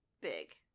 big